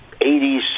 80s